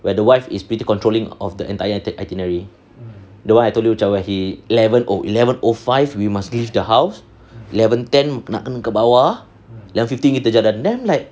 where the wife is pretty controlling of the entire itinerary the one I told you macam he eleven oh eleven O five we must leave the house eleven ten nak kena ke bawah eleven fifteen you kita jalan then like